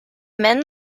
men